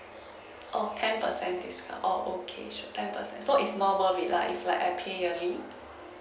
oh ten percent discount oh okay sure ten percent so it's normal rate lah if like I pay yearly